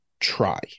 try